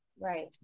Right